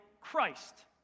christ